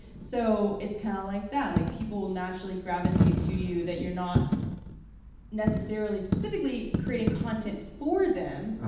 so, it's kinda like that. like people will naturally gravitate to you that, you're not necessarily specifically creating content for them,